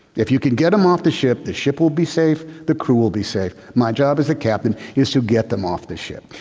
if you can get them off the ship, the ship will be safe. the crew will be safe. my job as a captain is to get them off the ship.